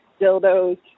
dildos